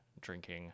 drinking